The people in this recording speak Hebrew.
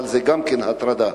אבל גם זה הטרדה,